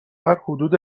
حدود